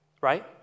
right